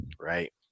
right